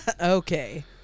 Okay